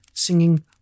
singing